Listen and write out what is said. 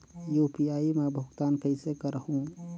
UPI मा भुगतान कइसे करहूं?